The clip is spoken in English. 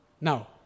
Now